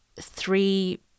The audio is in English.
three